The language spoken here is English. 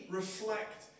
reflect